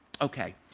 Okay